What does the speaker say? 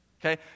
Okay